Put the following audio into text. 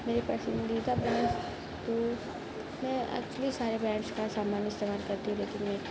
میرے پاس ہندی کا برانڈس میں ایکچولی سارے برانڈس کا سامان استعمال کرتی رہتی میں